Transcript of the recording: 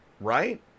Right